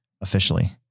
Officially